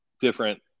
different